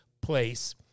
place